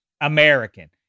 American